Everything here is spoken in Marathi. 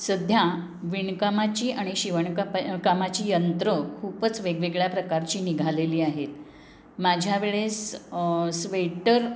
सध्या विणकामाची आणि शिवणकापा कामाची यंत्रं खूपच वेगवेगळ्या प्रकारची निघालेली आहेत माझ्या वेळेस स्वेटर